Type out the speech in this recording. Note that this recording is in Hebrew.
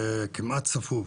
כמעט צפוף,